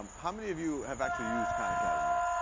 um how many of you have actually used khan academy?